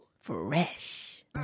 Fresh